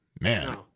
man